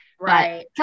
Right